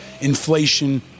Inflation